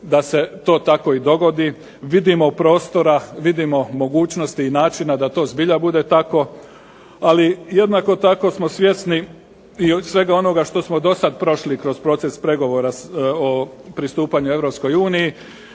da se to tako i dogodi. Vidimo prostora, vidimo mogućnosti i načina da to zbilja bude tako. Ali jednako tako smo svjesni i svega onoga što smo dosad prošli kroz proces pregovora o pristupanju EU.